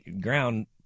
ground